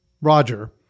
Roger